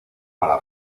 para